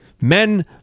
Men